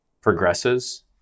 progresses